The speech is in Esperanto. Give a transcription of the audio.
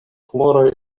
floroj